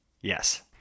yes